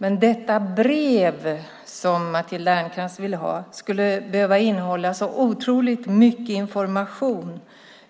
Men detta brev som Matilda Ernkrans vill ha skulle behöva innehålla så otroligt mycket information,